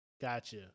gotcha